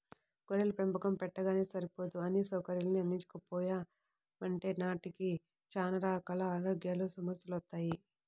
గొర్రెల పెంపకం పెట్టగానే సరిపోదు అన్నీ సౌకర్యాల్ని అందించకపోయామంటే వాటికి చానా రకాల ఆరోగ్య సమస్యెలొత్తయ్